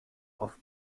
auf